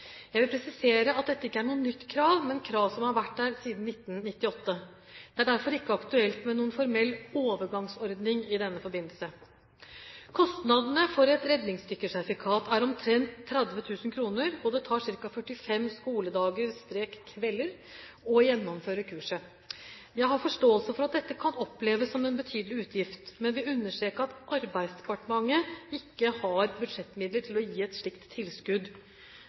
Jeg vil presisere at dette ikke er noe nytt krav, men et krav som har vært der siden 1998. Det er derfor ikke aktuelt med noen formell overgangsordning i denne forbindelse. Kostnadene for et redningsdykkersertifikat er omtrent 30 000 kr, og det tar ca. 45 skoledager/kvelder å gjennomføre kurset. Jeg har forståelse for at dette kan oppleves som en betydelig utgift, men vil understreke at Arbeidsdepartementet ikke har budsjettmidler til å gi et slikt tilskudd.